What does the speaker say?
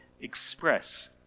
express